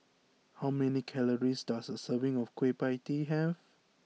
how many calories does a serving of Kueh Pie Tee have